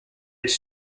its